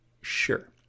Sure